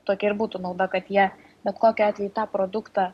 tokia ir būtų nauda kad jie bet kokiu atveju tą produktą